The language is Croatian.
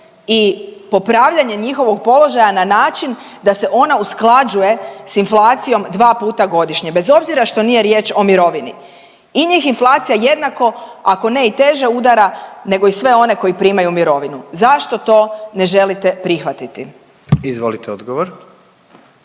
i popravljanje njihovog položaja na način da se ona usklađuje s inflacijom 2 puta godišnje, bez obzira što nije riječ o mirovini. I njih inflacija jednako, ako ne i teže, udara nego i sve one koji primaju mirovinu. Zašto to ne želite prihvatiti? **Jandroković,